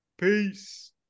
Peace